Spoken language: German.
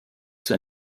zur